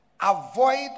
avoid